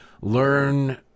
learn